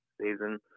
season